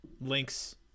links